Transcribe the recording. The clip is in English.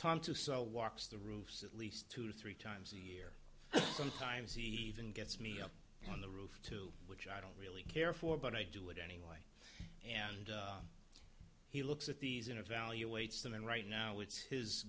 tom too so walks the roofs at least two or three times a year sometimes he even gets me up on the roof to which i don't really care for but i do it anyway and he looks at these inner value weights then right now it's his